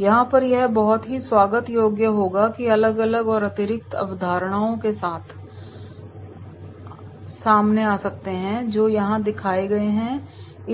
यहाँ यह बहुत ही स्वागत योग्य होगा कि हम अलग अलग और अतिरिक्त अवधारणाओं के साथ सामने आ सकते हैं जो यहाँ दिखाए गए हैं